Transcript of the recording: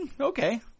Okay